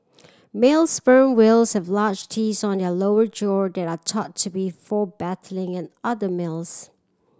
male sperm whales have large teeth on their lower jaw that are thought to be for battling and other males